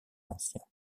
ancien